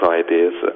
ideas